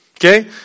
Okay